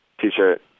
T-shirt